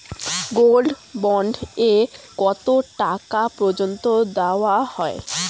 Gold bond এ কতো টাকা পর্যন্ত দেওয়া হয়?